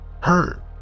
hurt